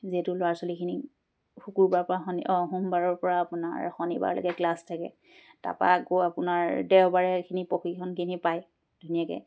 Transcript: যিহেতু ল'ৰা ছোৱালীখিনি শুকুৰবাৰ পৰা শনি অঁ সোমবাৰৰ পৰা আপোনাৰ শনিবাৰলৈকে ক্লাছ থাকে তাপা আকৌ আপোনাৰ দেওবাৰেখিনি প্ৰশিক্ষণখিনি পায় ধুনীয়াকৈ